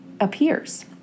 appears